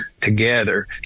together